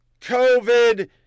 COVID